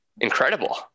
incredible